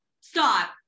Stop